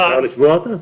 אפשר לשמוע אותה?